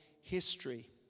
history